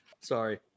Sorry